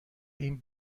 این